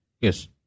yes